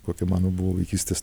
kokie mano buvo vaikystės